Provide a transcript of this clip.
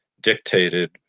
dictated